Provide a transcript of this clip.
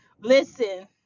listen